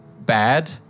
bad